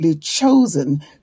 Chosen